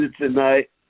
tonight